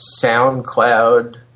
SoundCloud